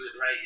right